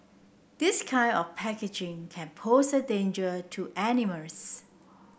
this kind of packaging can pose a danger to animals